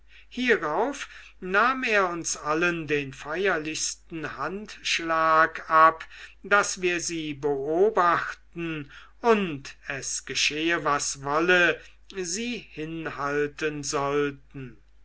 hierauf nahm er uns allen den feierlichsten handschlag ab daß wir sie beobachten und es geschehe was da wolle sie hinhalten sollten